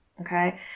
Okay